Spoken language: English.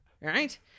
right